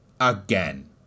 again